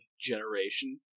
generation